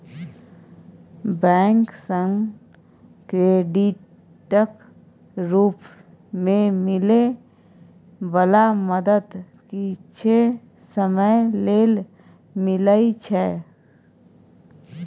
bank सँ क्रेडिटक रूप मे मिलै बला मदद किछे समय लेल मिलइ छै